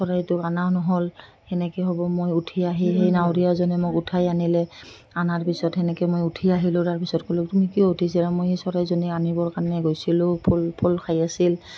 চৰাইটোক আনাও নহ'ল সেনেকৈ হ'ব মই উঠি আহি সেই নাাৱৰীয়াজনে মোক উঠাই আনিলে আনাৰ পিছত সেনেকৈ মই উঠি আহিলোঁ তাৰ পিছত ক'লোঁ তুমি কিয় উঠাইছিলা মই সেই চৰাইজনী আনিবৰ কাৰণে গৈছিলোঁ ফুল ফুল খাই আছিল